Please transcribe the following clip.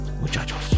muchachos